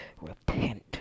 repent